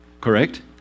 Correct